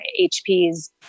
HP's